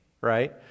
right